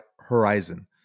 horizon